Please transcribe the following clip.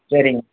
சரிங்க